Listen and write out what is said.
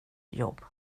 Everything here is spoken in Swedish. jobb